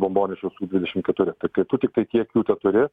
bombonešio su dvidešim keturi kai tu tiktai tiek kiek jų teturi